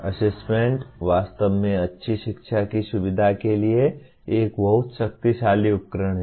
assessment वास्तव में अच्छी शिक्षा की सुविधा के लिए एक बहुत शक्तिशाली उपकरण है